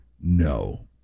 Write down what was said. no